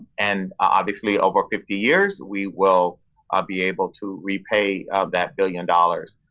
and obviously, over fifty years we will ah be able to repay that billion dollars.